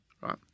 Right